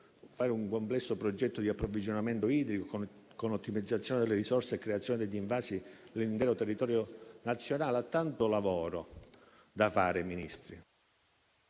fare un complesso progetto di approvvigionamento idrico, con ottimizzazione delle risorse e creazione degli invasi nell'intero territorio nazionale. Ha tanto lavoro da fare, signor